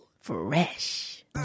fresh